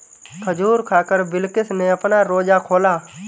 खजूर खाकर बिलकिश ने अपना रोजा खोला